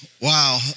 Wow